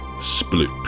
Split